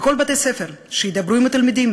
שבכל בתי-הספר ידברו עם התלמידים,